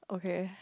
okay